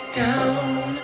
down